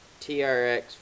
TRX